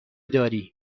داری